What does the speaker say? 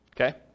Okay